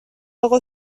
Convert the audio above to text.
اقا